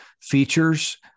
features